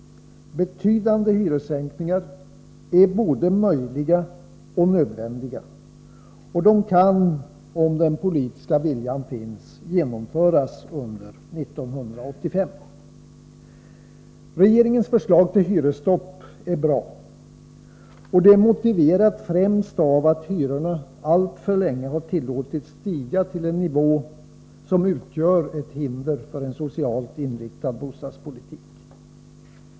Betydande hyressänkningar är både möjliga och nödvändiga, och de kan — om den politiska viljan finns — genomföras under 1985. Regeringens förslag till hyresstopp är bra, och det är motiverat främst av att hyrorna alltför länge har tillåtits stiga till en nivå som utgör ett hinder för en socialt inriktad bostadspolitik.